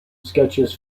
sketches